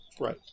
right